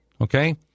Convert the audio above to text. Okay